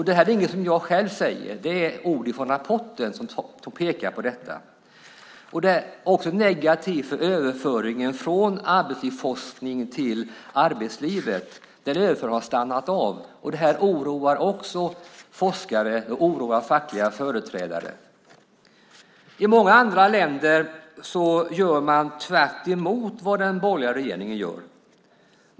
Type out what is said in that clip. Detta är inte något som jag hittar på utan det är sådant som pekas på i rapporten. Det är också negativt för överföringen från arbetslivsforskningen till arbetslivet. Den överföringen har stannat av. Också detta oroar forskare och fackliga företrädare. I många andra länder gör man tvärtemot vad den borgerliga regeringen gör.